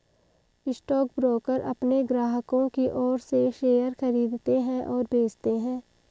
stockbroker अपने ग्राहकों की ओर से शेयर खरीदते हैं और बेचते हैं